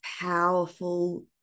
powerful